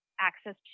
access